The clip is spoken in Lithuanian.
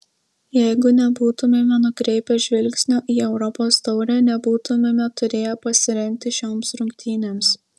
jeigu nebūtumėme nukreipę žvilgsnio į europos taurę nebūtumėme turėję pasirengti šioms rungtynėms